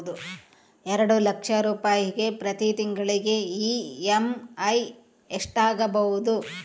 ಎರಡು ಲಕ್ಷ ರೂಪಾಯಿಗೆ ಪ್ರತಿ ತಿಂಗಳಿಗೆ ಇ.ಎಮ್.ಐ ಎಷ್ಟಾಗಬಹುದು?